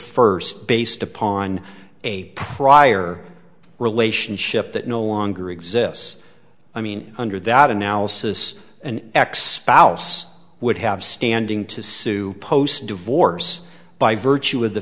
first based upon a prior relationship that no longer exists i mean under that analysis an ex ce would have standing to sue post divorce by virtue of the